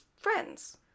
friends